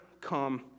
come